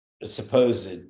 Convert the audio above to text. supposed